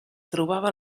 trobava